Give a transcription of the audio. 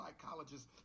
psychologist